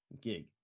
gig